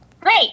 Great